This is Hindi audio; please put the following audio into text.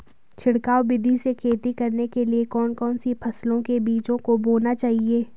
छिड़काव विधि से खेती करने के लिए कौन कौन सी फसलों के बीजों को बोना चाहिए?